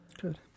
Good